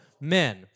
men